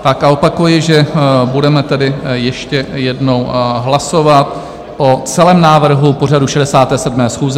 A opakuji, že budeme tedy ještě jednou hlasovat o celém návrhu pořadu 67. schůze